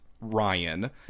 Ryan